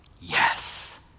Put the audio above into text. Yes